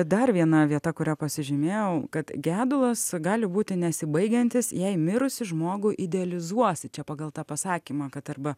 dar viena vieta kurią pasižymėjau kad gedulas gali būti nesibaigiantis jei mirusį žmogų idealizuosi čia pagal tą pasakymą kad arba